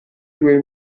due